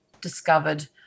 discovered